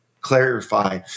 clarify